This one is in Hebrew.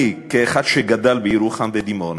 אני, כאחד שגדל בירוחם ודימונה,